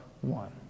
one